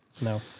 no